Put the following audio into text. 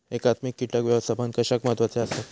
एकात्मिक कीटक व्यवस्थापन कशाक महत्वाचे आसत?